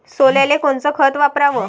सोल्याले कोनचं खत वापराव?